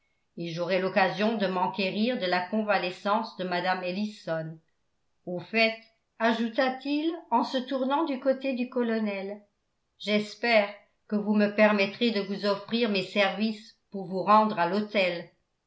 et j'aurai l'occasion de m'enquérir de la convalescence de mme ellison au fait ajouta-t-il en se tournant du côté du colonel j'espère que vous me permettrez de vous offrir mes services pour vous rendre à l'hôtel